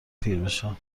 پیربشن